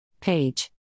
Page